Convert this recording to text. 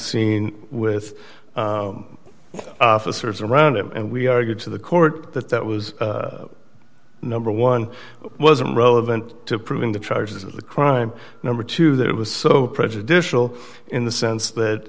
scene with officers around him and we are going to the court that that was number one wasn't relevant to proving the charges of the crime number two that was so prejudicial in the sense that